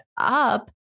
Up